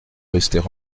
rester